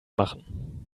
machen